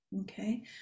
Okay